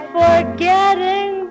forgetting